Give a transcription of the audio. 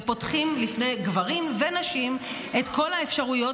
ופותחים בפני גברים ונשים את כל האפשרויות